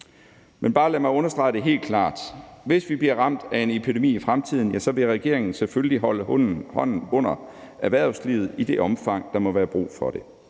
mig bare understrege det helt klart: Hvis vi bliver ramt af en epidemi i fremtiden, vil regeringen selvfølgelig holde hånden under erhvervslivet i det omfang, der må være brug for det.